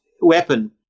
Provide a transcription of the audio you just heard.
weapon